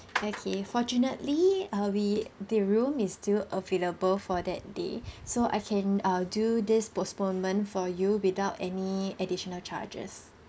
okay fortunately uh we the room is still available for that day so I can I'll do this postponement for you without any additional charges